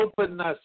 openness